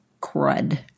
crud